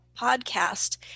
podcast